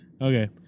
Okay